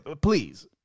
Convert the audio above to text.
Please